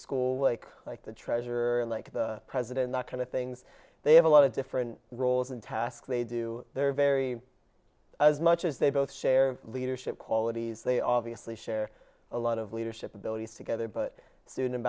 school like the treasurer like the president that kind of things they have a lot of different roles and tasks they do they're very as much as they both share leadership qualities they obviously share a lot of leadership abilities together but